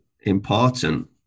important